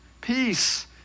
Peace